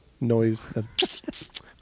noise